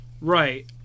Right